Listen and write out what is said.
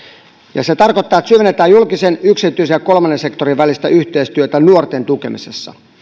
se tarkoittaa että syvennetään julkisen yksityisen ja kolmannen sektorin välistä yhteistyötä nuorten tukemisessa